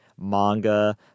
manga